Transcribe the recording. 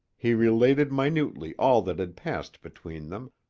he related minutely all that had passed between them,